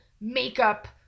makeup